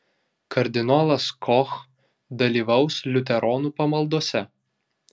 kardinolas koch dalyvaus liuteronų pamaldose